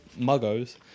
Muggos